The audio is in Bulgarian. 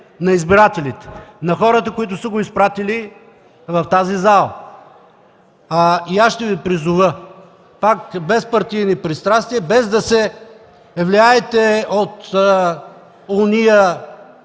на избирателите, на хората, които са го изпратили в тази зала. Ще Ви призова пак – без партийни пристрастия, без да се влияете от ония